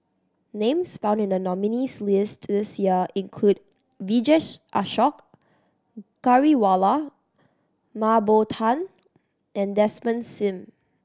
names found in the nominees' list this year include Vijesh Ashok Ghariwala Mah Bow Tan and Desmond Sim